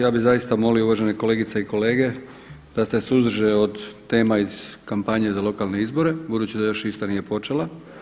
Ja bih zaista molio uvažene kolegice i kolege da se suzdrže tema iz kampanje za lokalne izbore budući da ista još nije počela.